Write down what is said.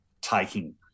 taking